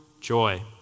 joy